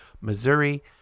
Missouri